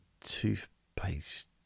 toothpaste